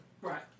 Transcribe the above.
right